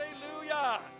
Hallelujah